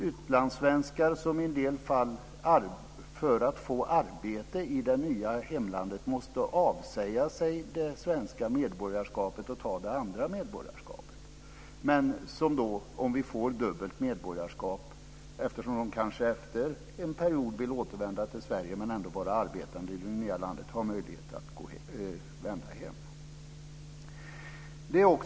Utlandssvenskar måste i en del fall för att få arbete i det nya hemlandet avsäga sig det svenska medborgarskapet och ta det andra. Eftersom de kanske efter en period vill återvända till Sverige men ändå vara arbetande i det nya landet har de, om vi får dubbelt medborgarskap, möjlighet att vända hem.